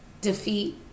defeat